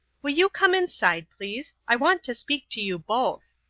will you come inside, please? i want to speak to you both.